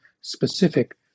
specific